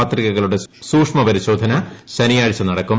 പത്രികകളുടെ സൂക്ഷ്മ പരിശോധന ശനിയാഴ്ച നടക്കും